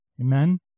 Amen